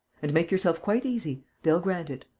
and make yourself quite easy they'll grant it.